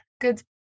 good